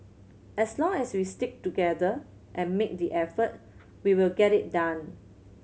as long as we stick together and make the effort we will get it done